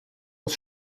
was